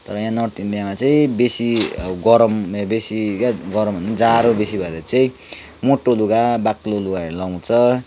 तर यहाँ नर्थ इन्डियामा चाहिँ बेसी गरम बेसी क्या गरमभन्दा पनि जाडो बेसी भएर चाहिँ मोटो लुगा बाक्लो लुगाहरू लगाउँछ